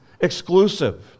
exclusive